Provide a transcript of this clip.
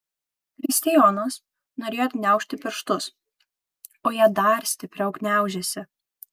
kristijonas norėjo atgniaužti pirštus o jie dar stipriau gniaužėsi